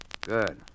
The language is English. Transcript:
Good